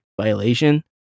violation